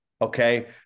okay